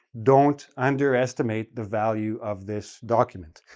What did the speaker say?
don't underestimate the value of this document.